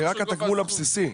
זה רק התגמול הבסיסי.